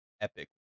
epic